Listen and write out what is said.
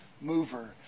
mover